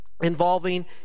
involving